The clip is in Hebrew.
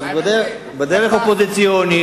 בדרך אופוזיציונית,